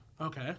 Okay